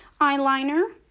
Eyeliner